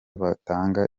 batanga